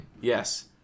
Yes